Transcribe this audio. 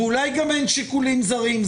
ואולי גם אין שיקולים זרים,